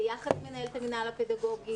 יחד עם מנהלת המינהל הפדגוגי,